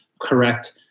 correct